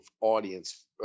audience